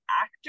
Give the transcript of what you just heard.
actor